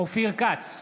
אופיר כץ,